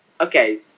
okay